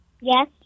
Yes